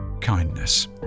kindness